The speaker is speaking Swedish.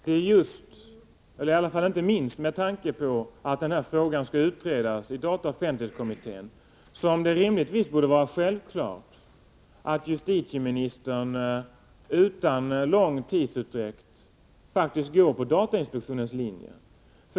Herr talman! Det är inte minst med tanke på att den här frågan skall utredas i dataoch offentlighetskommittén som det borde vara självklart att justitieministern utan lång tidsutdräkt faktiskt går på datainspektionens linje.